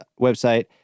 website